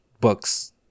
books